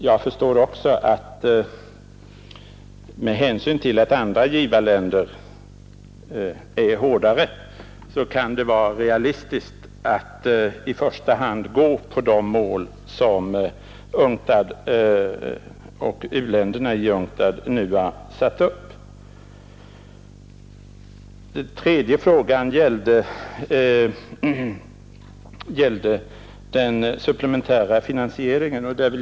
Jag förstår också att det kanske med hänsyn till att andra givarländer är hårdare kan vara realistiskt inför Santiagokonferensen att i första hand inrikta sig på det mål som u-länderna har satt upp. Den tredje frågan avsåg den supplementära finansieringen.